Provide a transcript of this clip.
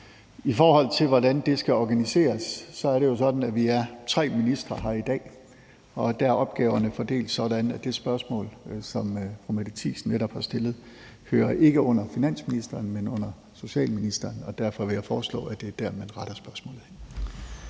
I forhold til hvordan det skal organiseres, er det jo sådan, at vi er tre ministre her i dag, og der er opgaverne fordelt sådan, at det spørgsmål, som fru Mette Thiesen netop har stillet, ikke hører under finansministeren, men under socialministeren, og derfor vil jeg foreslå, at det er der, man retter spørgsmålet